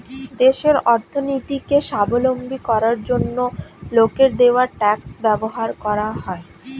দেশের অর্থনীতিকে স্বাবলম্বী করার জন্য লোকের দেওয়া ট্যাক্স ব্যবহার করা হয়